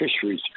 fisheries